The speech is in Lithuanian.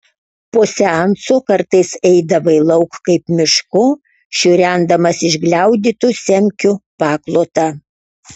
po seanso kartais eidavai lauk kaip mišku šiurendamas išgliaudytų semkių paklotą